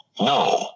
No